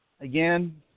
again